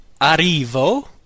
arrivo